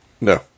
No